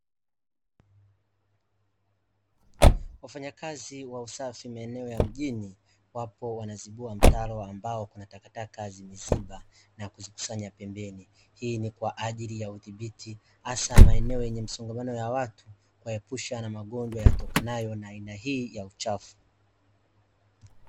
Wafanyakazi wa usafi maeneo ya mjini wapo wanazibua mtaro ambao kuna takataka zimeziba, na kuzikusanya pembeni hii ni kwa ajili ya udhibiti hasa maeneo yenye msongamano ya watu, kuwaepusha na magonjwa yatokanayo na aina hii ya uchafu.